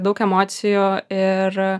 daug emocijų ir